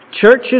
Churches